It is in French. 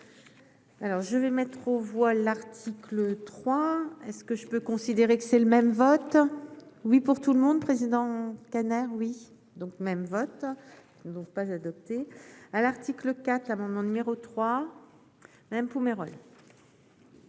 alors je vais mettre aux voix l'article 3 est ce que je peux considérer que c'est le même vote oui pour tout le monde, président Kanner oui donc même vote donc pas adoptée à l'article 4 l'amendement numéro 3. Même pour